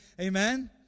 Amen